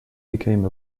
became